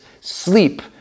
Sleep